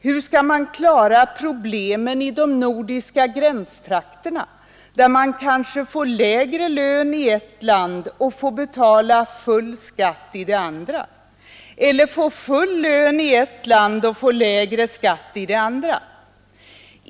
Hur skall man klara problemen i de nordiska gränstrakterna, där man kanske får lägre lön i det ena landet och får betala full skatt i det andra eller får full lön i ett land och ändå får lägre skatt i ett annat?